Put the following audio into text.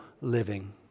living